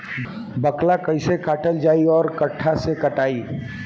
बाकला कईसे काटल जाई औरो कट्ठा से कटाई?